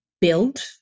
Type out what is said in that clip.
build